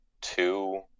two